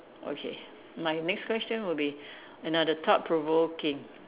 okay my next question would be another thought provoking